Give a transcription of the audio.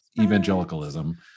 evangelicalism